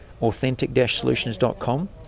authentic-solutions.com